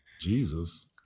Jesus